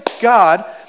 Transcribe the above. God